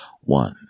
One